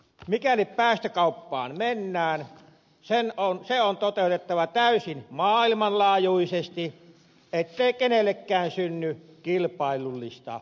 mikäli päästökauppaan mennään se on toteutettava täysin maailmanlaajuisesti ettei kenellekään synny kilpailullista etua